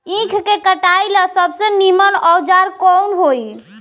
ईख के कटाई ला सबसे नीमन औजार कवन होई?